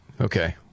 okay